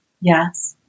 Yes